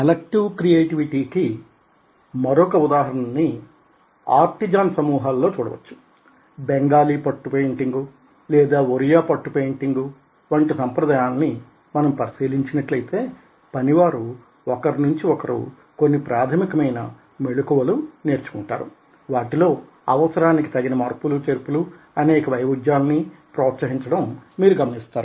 collective creativity కి మరొక ఉదాహరణ ని ఆర్టిజాన్ సమూహాలలో చూడవచ్చు బెంగాలీ పట్టు పెయింటింగ్ లేదా ఒరియా పట్టు పెయింటింగ్ వంటి సంప్రదాయాలని మనం పరిశీలించినట్లయితే పనివారు ఒకరి నుంచి ఒకరు కొన్ని ప్రాథమికమైన మెళకువలు నేర్చుకుంటారు వాటి లో అవసరానికి తగిన మార్పులు చేర్పులు అనేక వైవిద్యాలనీ ప్రోత్సహించడం మీరు గమనిస్తారు